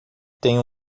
tem